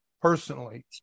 personally